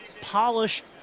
polished